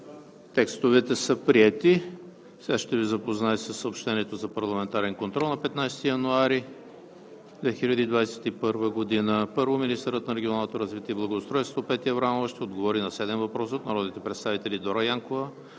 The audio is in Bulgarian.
Текстовете са приети. Ще Ви запозная със съобщението за парламентарен контрол на 15 януари 2021 г.: 1. Министърът на регионалното развитие и благоустройството Петя Аврамова ще отговори на седем въпроса от народните представители Дора Янкова;